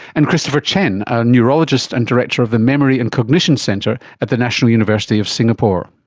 and christopher chen, a neurologist and director of the memory and cognition centre at the national university of singapore.